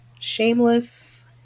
shameless